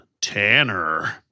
Tanner